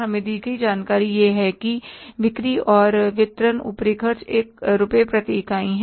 हमें दी गई जानकारी यह है कि बिक्री और वितरण ऊपरी खर्चे 1 रुपये प्रति इकाई हैं